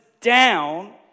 down